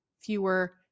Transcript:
fewer